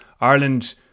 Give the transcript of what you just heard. Ireland